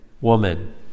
woman